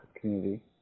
community